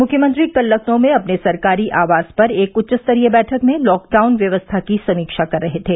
मुख्यमंत्री कल लखनऊ में अपने सरकारी आवास पर एक उच्च स्तरीय बैठक में लॉकडाउन व्यवस्था की समीक्षा कर रहे थे